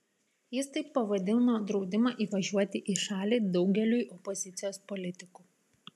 jis taip pavadino draudimą įvažiuoti į šalį daugeliui opozicijos politikų